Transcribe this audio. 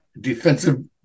defensive